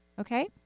Okay